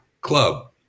club